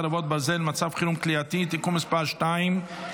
חרבות ברזל) (מצב חירום כליאתי) (תיקון מס' 2),